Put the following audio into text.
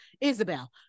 Isabel